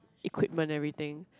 equipment everything